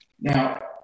Now